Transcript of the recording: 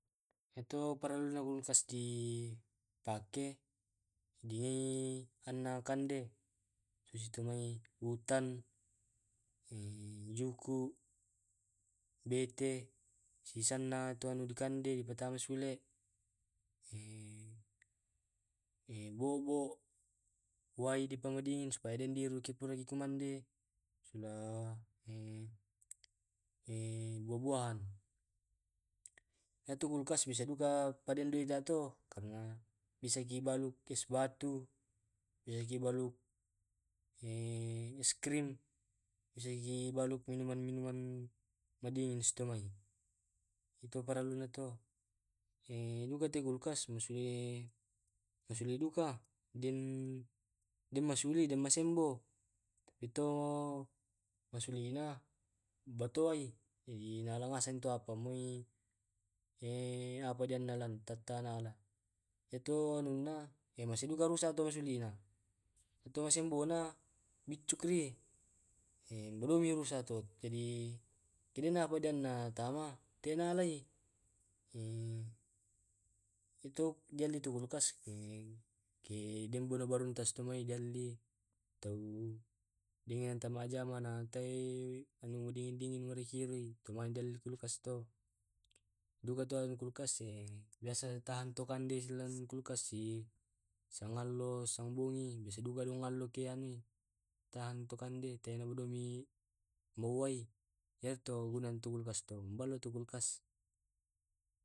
Etu parellu na kulkas di pake, di anna kande susitumai utan juku, bete, sisenna tu dikande dipatamai sule. Eh bobo, wai di pamai dingin supaya den di ruki ko puraki mande, sula buah buahan. Iyatu kulkas bisa duka padenduita to karna bisaki balu es batu, ya ki balu es krim bisaki balu minuman minuman ma dingin stumai. Itu parelluna to den duka tu kulkas masue masule duka den den masuli den masembo. Iyato masulina batuai. Na di bale ngaseng tu apamui eh apa dialan tata nala ya to anuna e masi duka rusak to masulina. Ito masemboana biccuk ri eh benumi rusak to yadi kedena podana mantama tena alai itu dialli tu kulkas, ke den boro boromtas dialli tau dengan tamajamana tae anu dingin dingin marikiri tomai di alli kulkas to duka to kulkas e biasa tahan tu kande silalong kulkas to sangalo sangbongi biasa duka dong alo ke anui tahan to kande teanu domi ma wai iyatu guna na kulkas maballo tu kulkas